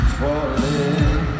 falling